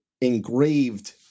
engraved